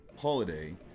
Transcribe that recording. holiday